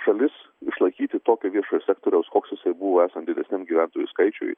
šalis išlaikyti tokio viešojo sektoriaus koks jisai buvo esant didensiam gyventojų skaičiui